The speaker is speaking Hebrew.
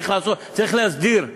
צריך להסדיר,